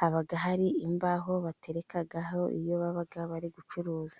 haba hari imbaho baterekaho iyo baba bari gucuruza.